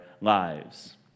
lives